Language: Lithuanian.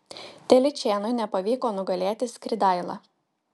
telyčėnui nepavyko nugalėti skridailą